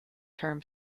term